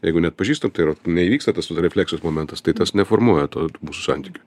jeigu neatpažįstam tai yra neįvyksta tas refleksijos momentas tai tas neformuoja to santykio